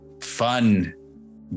fun